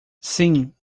sim